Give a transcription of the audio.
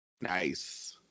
Nice